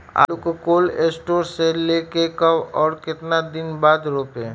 आलु को cold store से ले के कब और कितना दिन बाद रोपे?